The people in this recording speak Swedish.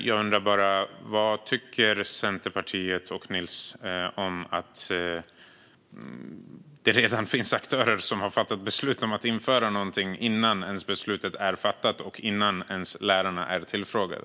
Jag undrar vad Centerpartiet och Niels Paarup-Petersen tycker om att det redan finns aktörer som har fattat beslut om att införa någonting innan beslutet ens är fattat och innan ens lärarna är tillfrågade.